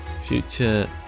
future